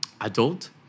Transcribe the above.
adult